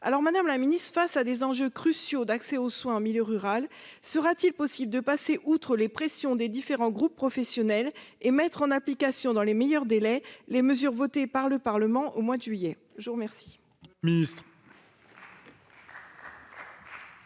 etc. Madame la ministre, face à des enjeux cruciaux d'accès aux soins en milieu rural, sera-t-il possible de passer outre les pressions des différents professionnels et de mettre en application dans les meilleurs délais les mesures votées par le Parlement au mois de juillet dernier